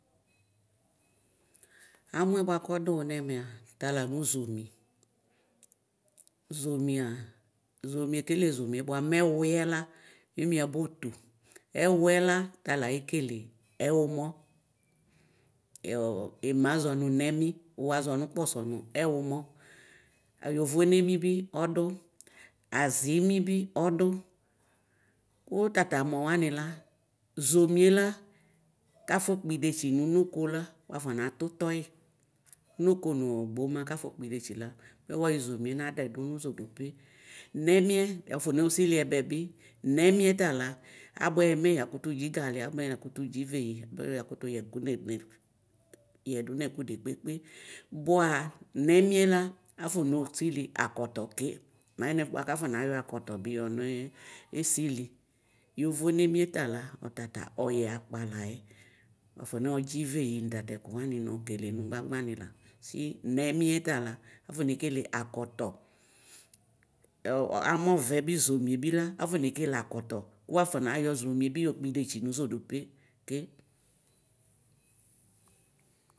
Amɔɛ bʋakʋ ɔdʋwʋ nɛmɛa talanʋ zomi, zomɩa ekele zomi bʋamɛ ewʋɛla tala yekele ɛwʋmɔ ema azɔnʋ nɛmi wʋ wazɔ nʋ kpɔsɔ nʋ ɛwʋmɔ yovo nemi bi ɔdʋ azimi bi ɔdʋ kʋ tatamɔ wʋani la zomie la kafɔ kpɔ idetsi nʋ ʋnoko la wafɔ natʋtoyi ʋno o nʋ gboma kafɔ kpidetsi la mɛ wayɔ zomi nadɛ dʋ nʋ zodope nɛmiɛ wafɔ nosili ɛbɛbi nɛmiɛ tala abʋtɛyɛ mɛ yakʋtʋ dzi gali abʋɛyɛ yakʋtʋ dzi veyi la yakʋtʋ yɛkʋ nebdk yɛ dʋnʋ ɛkʋ dekpekɩe bʋa nemie la afɔno sili akɔɔ ke nayɛ nɛ bʋakɔ nayɔ akɔtɔ bi yɔnesili govenemu tala ɔtata ɔyɛ akpa layɛ wafɔ nɔ dzi veyi nʋ tatɛkʋ wanɩ nokele nʋ gbagbane la si nɛmiɛ ya afɔ nekele akɔtɔ amɔvɛ bi zomibi la afɔnekele akɔtɔ kʋ wafɔnayɔ zomi kpidetsi nʋ zodope ke.